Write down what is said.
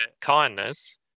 kindness